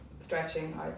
stretching